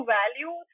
value